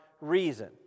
reason